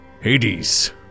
Hades